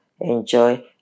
enjoy